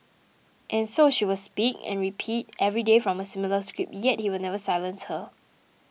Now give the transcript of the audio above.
and so she will speak and repeat every day from a similar script yet he will never silence her